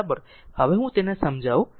હવે હું તેને સમજાવું